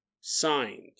Signed